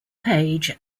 paige